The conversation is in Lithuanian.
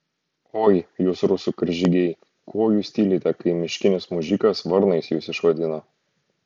oi jūs rusų karžygiai ko jūs tylite kai miškinis mužikas varnais jus išvadino